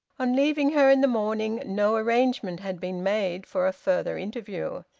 on leaving her in the morning no arrangement had been made for a further interview.